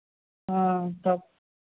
हाँ तब